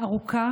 ארוכה